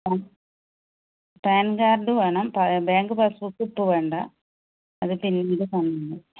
pan PAN card വേണം bank passbook ഇപ്പോൾ വേണ്ട അത് പിന്നീട് തന്നാൽ മതി